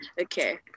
Okay